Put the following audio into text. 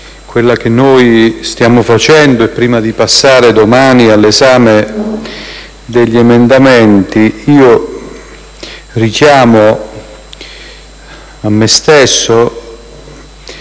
quella che stiamo facendo, e prima di passare, domani, all'esame degli emendamenti, richiamo a me stesso